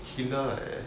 you know like eh